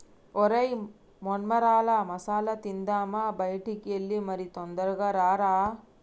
ఒరై మొన్మరాల మసాల తిందామా బయటికి ఎల్లి మరి తొందరగా రారా